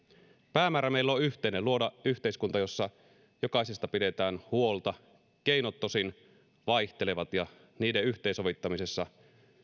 päämäärä meillä on yhteinen luoda yhteiskunta jossa jokaisesta pidetään huolta keinot tosin vaihtelevat ja niiden yhteensovittamisessa